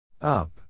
Up